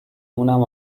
مونم